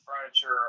furniture